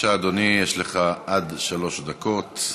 ולכן, החברה האזרחית, אנחנו,